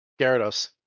Gyarados